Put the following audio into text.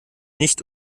nicht